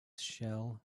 shell